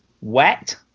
Wet